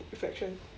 reflection